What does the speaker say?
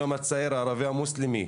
היום הצעיר הערבי המוסלמי,